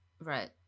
Right